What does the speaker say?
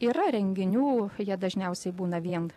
yra renginių jie dažniausiai būna vien